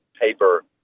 paper